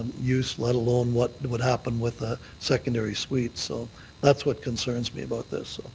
use, let alone what would happen with a secondary suite. so that's what concerns me about this.